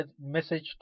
message